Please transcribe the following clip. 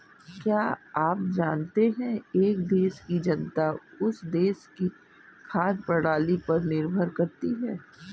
क्या आप जानते है एक देश की जनता उस देश की खाद्य प्रणाली पर निर्भर करती है?